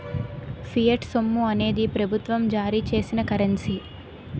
fiat సొమ్ము అనేది ప్రభుత్వం జారీ చేసిన కరెన్సీ